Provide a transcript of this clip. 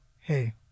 hey